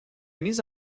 mise